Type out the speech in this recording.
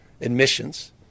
admissions